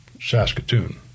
Saskatoon